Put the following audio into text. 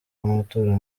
w’amatora